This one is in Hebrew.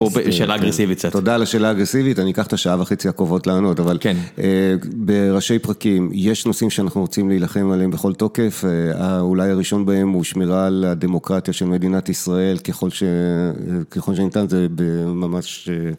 שאלה אגרסיבית קצת. תודה על השאלה האגרסיבית, אני אקח את השעה וחצי הקרובות לענות, אבל, כן, בראשי פרקים, יש נושאים שאנחנו רוצים להילחם עליהם בכל תוקף, אולי הראשון בהם הוא שמירה על הדמוקרטיה של מדינת ישראל ככל שניתן, זה ממש...